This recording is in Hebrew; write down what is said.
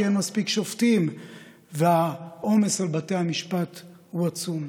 כי אין מספיק שופטים והעומס על בתי המשפט הוא עצום.